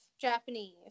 Japanese